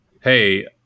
hey